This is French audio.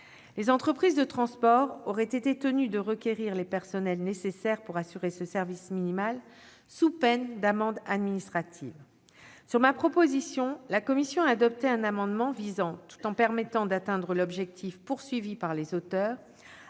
Les entreprises de transport auraient été tenues de requérir les personnels nécessaires pour assurer ce service minimal, sous peine d'amende administrative. Sur ma proposition, la commission a adopté un amendement visant à assurer la constitutionnalité et le caractère